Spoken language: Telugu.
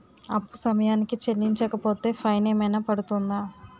అప్పు సమయానికి చెల్లించకపోతే ఫైన్ ఏమైనా పడ్తుంద?